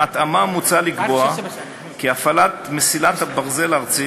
בהתאמה מוצע לקבוע כי הפעלת מסילת ברזל ארצית,